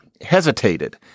hesitated